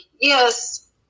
yes